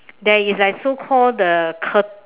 there is like so called the cur~